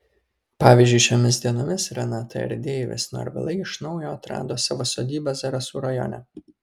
pavyzdžiui šiomis dienomis renata ir deivis norvilai iš naujo atrado savo sodybą zarasų rajone